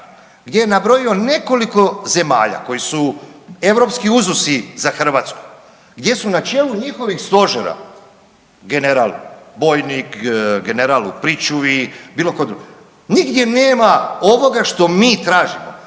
gdje je nabrojio nekoliko zemalja koji su europski uzusi za Hrvatsku gdje su na čelu njihovih stožera general bojnik, general u pričuvi bilo ko drugi, nigdje nema ovoga što mi tražimo.